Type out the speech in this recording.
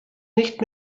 nicht